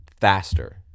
faster